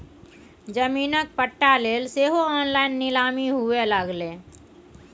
जमीनक पट्टा लेल सेहो ऑनलाइन नीलामी हुअए लागलै